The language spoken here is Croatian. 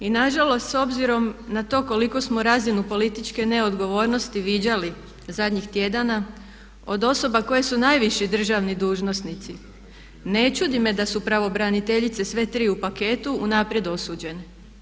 I nažalost s obzirom na to koliku smo razinu političke neodgovornosti viđali zadnjih tjedana od osoba koje najviši državni dužnosnici ne čudi me da su pravobraniteljice sve tri u paketu unaprijed osuđene.